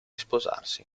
sposarsi